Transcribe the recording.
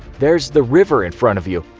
there's the river in front of you.